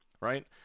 right